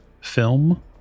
film